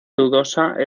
dudosa